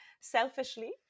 selfishly